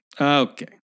Okay